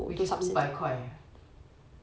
which is 五百块